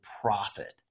profit